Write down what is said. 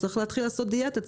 צריך להתחיל לעשות דיאטה,